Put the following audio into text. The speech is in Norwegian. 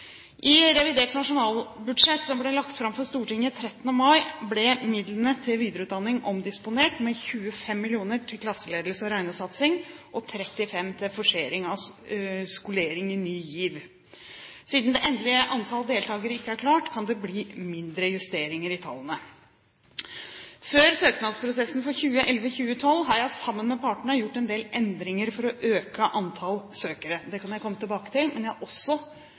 I revidert nasjonalbudsjett, som ble lagt fram for Stortinget 13. mai, ble midlene til videreutdanning omdisponert, med 25 mill. kr til klasseledelse og regnesatsing og 35 mill. kr til forsering av skolering i Ny GIV. Siden det endelige antall deltakere ikke er klart, kan det bli mindre justeringer i tallene. Før søknadsprosessen for 2011/2012 har jeg sammen med partene gjort en del endringer for å øke antall søkere. Det kan jeg komme tilbake til. Jeg har også